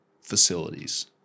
facilities